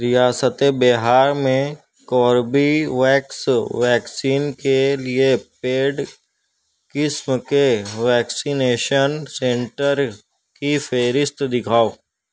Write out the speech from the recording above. ریاست بہار میں Corbevax vaccine کے لیے پیڈ قسم کے ویکسینیشن سینٹر کی فہرست دکھاؤ